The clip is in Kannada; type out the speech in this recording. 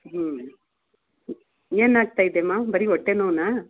ಹ್ಞೂ ಏನು ಆಗ್ತಾ ಇದೆಮ್ಮ ಬರೀ ಹೊಟ್ಟೆ ನೋವುನಾ